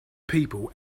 people